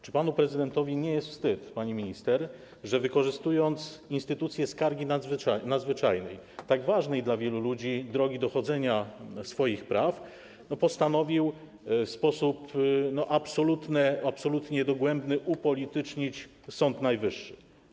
Czy panu prezydentowi nie jest wstyd, pani minister, że wykorzystując instytucję skargi nadzwyczajnej, tak ważnej dla wielu ludzi drogi dochodzenia swoich praw, postanowił w sposób absolutnie dogłębny upolitycznić Sąd Najwyższy?